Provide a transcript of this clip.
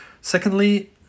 Secondly